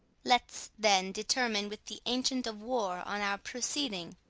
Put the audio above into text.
let's, then, determine with the ancient of war on our proceeding.